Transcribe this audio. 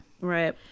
right